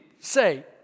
say